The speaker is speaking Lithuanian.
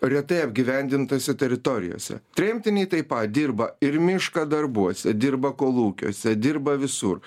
retai apgyvendintose teritorijose tremtiniai taip pat dirba ir mišką darbuose dirba kolūkiuose dirba visur